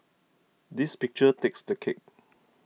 this picture takes the cake